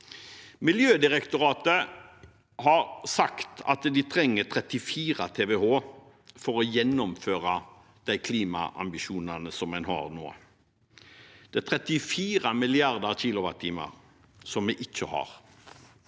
Miljødirektoratet har sagt at de trenger 34 TWh for å gjennomføre de klimaambisjonene som en har nå. Det er 34 milliarder kWh som vi ikke har,